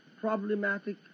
problematic